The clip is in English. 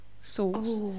sauce